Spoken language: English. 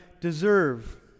deserve